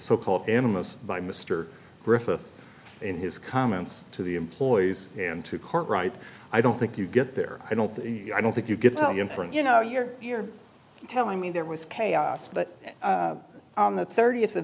so called enemas by mr griffith in his comments to the employees and to court right i don't think you get there i don't i don't think you get time in front you know you're you're telling me there was chaos but on the thirtieth